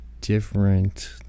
different